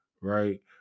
right